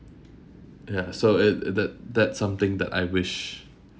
ya so it it th~ that's something that I wish